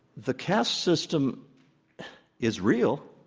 the caste system is real.